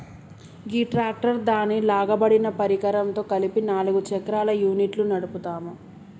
గీ tractor దాని లాగబడిన పరికరంతో కలిపి నాలుగు చక్రాల యూనిట్ను నడుపుతాము